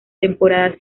temporadas